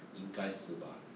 应该是吧